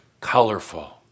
colorful